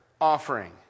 offering